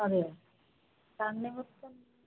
അതെയോ തണ്ണിമത്തന്